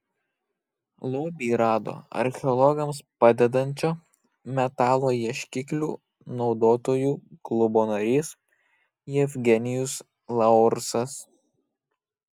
lobį rado archeologams padedančio metalo ieškiklių naudotojų klubo narys jevgenijus laursas